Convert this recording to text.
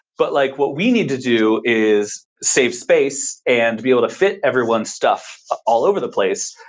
but like what we need to do is save space and be able to fit everyone's stuff all over the place.